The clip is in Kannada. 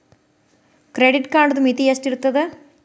ಕ್ರೆಡಿಟ್ ಕಾರ್ಡದು ಮಿತಿ ಎಷ್ಟ ಇರ್ತದ?